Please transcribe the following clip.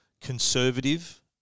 conservative